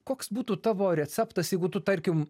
koks būtų tavo receptas jeigu tu tarkim